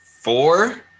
Four